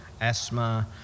asthma